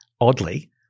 oddly